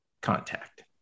Contact